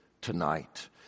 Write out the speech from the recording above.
tonight